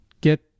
get